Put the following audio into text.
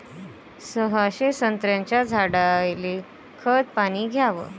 सहाशे संत्र्याच्या झाडायले खत किती घ्याव?